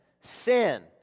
sin